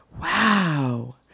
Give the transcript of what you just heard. Wow